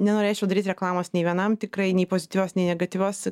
nenorėčiau daryt reklamos nei vienam tikrai nei pozityvios nei negatyvios